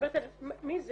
מי זה?